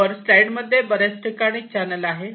वर स्लाईड मध्ये बरेच ठिकाणी चॅनल आहे